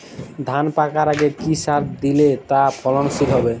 ধান পাকার আগে কি সার দিলে তা ফলনশীল হবে?